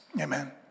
Amen